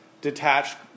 detached